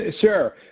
Sure